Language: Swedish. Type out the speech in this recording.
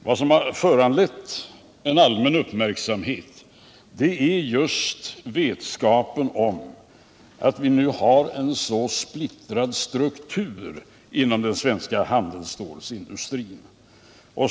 Vad som har föranlett en allmän uppmärksamhet är just vetskapen om att vi nu har en så splittrad struktur inom den svenska handelsstålsindustrin.